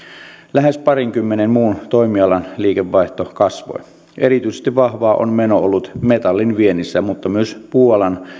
lähes parinkymmenen muun toimialan liikevaihto kasvoi erityisen vahvaa on meno ollut metallin viennissä mutta myös puualan